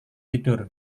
tidur